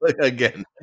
again